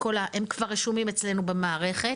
הם כבר רשומים אצלנו במערכת.